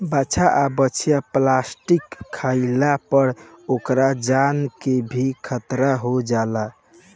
बाछा आ बाछी प्लास्टिक खाइला पर ओकरा जान के भी खतरा हो जाला